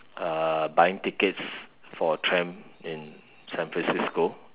uh buying tickets for tram in San-Francisco